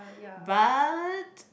but